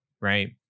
right